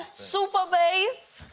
super bass.